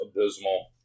abysmal